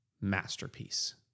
masterpiece